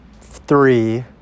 three